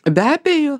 be abejo